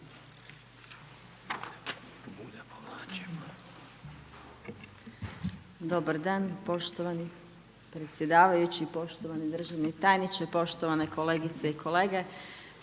Dobar dan poštovani predsjedavajući, poštovani državni tajniče, poštovane kolegice i kolege,